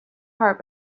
heart